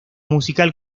musical